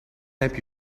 help